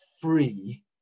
free